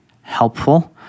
helpful